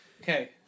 Okay